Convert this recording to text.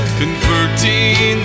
converting